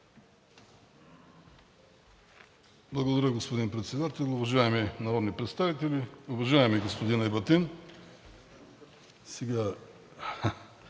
Благодаря, господин Председател. Уважаеми народни представители! Уважаеми господин Ебатин,